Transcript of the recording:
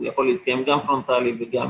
הוא יכול להתקיים גם פרונטלית וגם